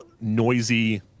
noisy